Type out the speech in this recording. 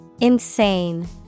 Insane